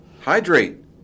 Hydrate